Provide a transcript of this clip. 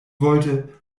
wollte